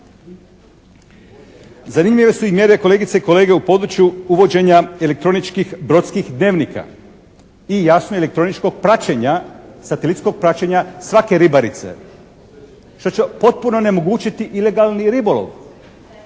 Zanimljive su i mjere kolegice i kolege u području uvođenja elektroničkih brodskih dnevnika i jasno elektroničkog praćenja, satelitskog praćenja svake ribarice što će potpuno onemogućiti ilegalni ribolov.